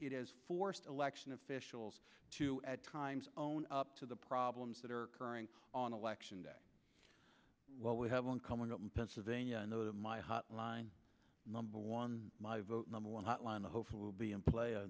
has forced election officials to at times own up to the problems that are current on election day what we have on coming up in pennsylvania and those are my hotline number one my vote number one hotline hopefully will be in play a